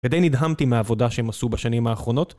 כדי נדהמתי מהעבודה שעשו בשנים האחרונות